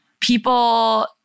People